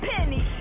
Penny